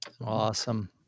Awesome